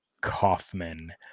Kaufman